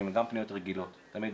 ככה,